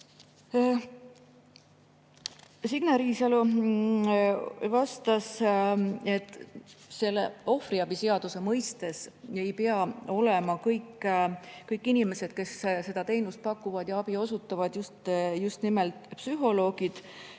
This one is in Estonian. Signe Riisalo vastas, et ohvriabi seaduse mõistes ei pea kõik inimesed, kes seda teenust pakuvad ja abi osutavad, olema just nimelt psühholoogid.